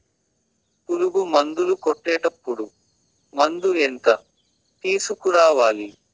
పులుగు మందులు కొట్టేటప్పుడు మందు ఎంత తీసుకురావాలి?